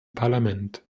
parlament